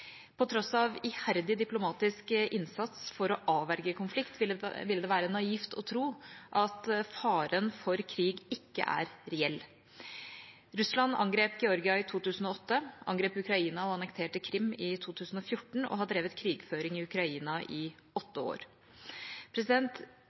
På tross av iherdig diplomatisk innsats for å avverge konflikt ville det være naivt å tro at faren for krig ikke er reell. Russland angrep Georgia i 2008, angrep Ukraina og annekterte Krim i 2014 og har drevet krigføring i Ukraina i